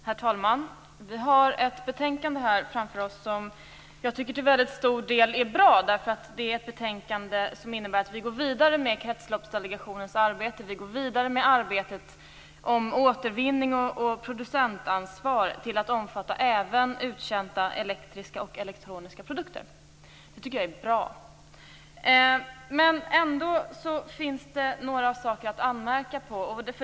Herr talman! Vi har här ett betänkande framför oss som jag till stor del tycker är bra. Det är ett betänkande som innebär att vi går vidare med Kretsloppsdelegationens arbete och arbetet med återvinning och producentansvar till att omfatta även uttjänta elektriska och elektroniska produkter. Det tycker jag är bra. Men det finns ändå några saker att anmärka på.